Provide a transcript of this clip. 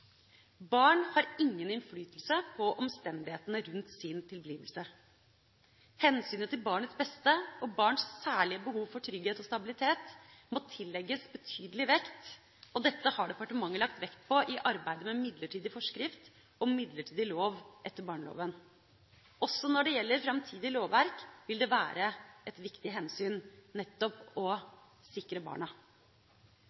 Barn har ingen innflytelse på omstendighetene rundt sin tilblivelse. Hensynet til barnets beste og barns særlige behov for trygghet og stabilitet må tillegges betydelig vekt. Dette har departementet lagt vekt på i arbeidet med midlertidig forskrift og midlertidig lov etter barneloven. Også når det gjelder framtidig lovverk, vil det være et viktig hensyn nettopp å